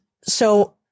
so-